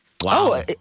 Wow